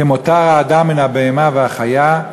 כמותר האדם מן הבהמה והחיה,